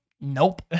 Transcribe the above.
nope